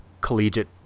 collegiate